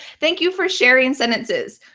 thank you for sharing sentences.